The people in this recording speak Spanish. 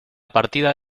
partida